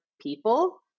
people